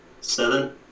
Seven